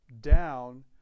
down